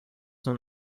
nun